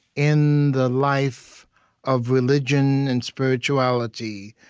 in the life of religion and spirituality.